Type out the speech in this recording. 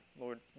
Lord